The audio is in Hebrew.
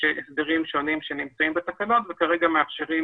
הסברים שונים שנמצאים בתקנות וכרגע מאפשרים